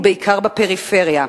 ובעיקר בפריפריה.